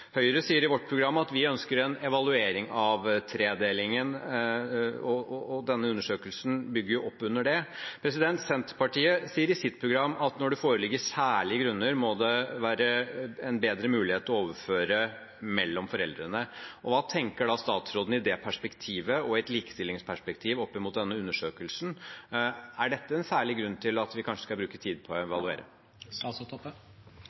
Høyre sier i sitt program at vi ønsker en evaluering av tredelingen, og denne undersøkelsen bygger opp under det. Senterpartiet sier i sitt program at når det foreligger særlige grunner, må det være en bedre mulighet å overføre mellom foreldrene. Hva tenker statsråden i det perspektivet – og i et likestillingsperspektiv – om denne undersøkelsen? Er dette en særlig grunn til at vi kanskje skal bruke tid på å